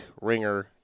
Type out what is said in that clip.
Ringer